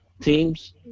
teams